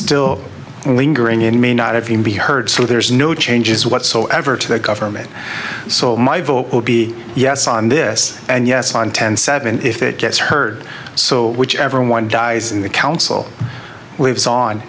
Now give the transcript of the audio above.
still lingering in may not have him be heard so there's no changes whatsoever to that government so my vocal be yes on this and yes on ten seven if it gets heard so whichever one dies in the council lives on